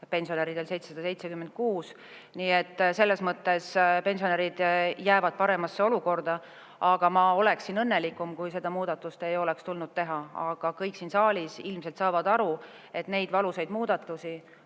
pensionäridel 776 eurot. Selles mõttes pensionärid jäävad paremasse olukorda. Ma oleksin õnnelikum, kui seda muudatust ei oleks tulnud teha. Kuid ilmselt kõik siin saalis saavad aru, et neid valusaid muudatusi